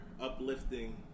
uplifting